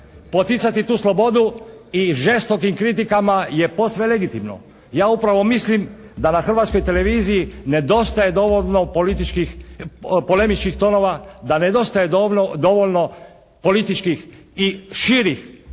Poticati tu slobodu i žestokim kritikama je posve legitimno. Ja upravo mislim da na Hrvatskoj televiziji nedostaje dovoljno političkih, polemičkih tonova, da nedostaje dovoljno političkih i širih spektra